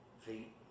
feet